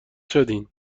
شدین